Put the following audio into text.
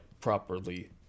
properly